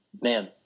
Man